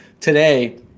today